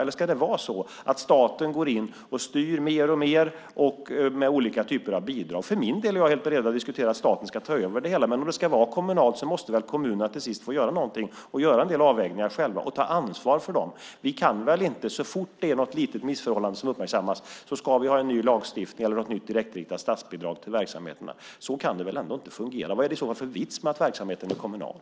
Eller ska staten gå in och styra mer och mer med olika typer av bidrag? För min del är jag helt beredd att diskutera att staten ska ta över det hela, men ska det vara kommunalt måste kommunerna få göra en del avvägningar själva och ta ansvar för dem. Det kan väl inte vara så att så fort ett litet missförhållande uppmärksammas ska vi ha en ny lagstiftning eller ett nytt direktriktat statsbidrag till verksamheterna? Så kan det väl ändå inte fungera? Vad är det i så fall för vits med att verksamheten är kommunal?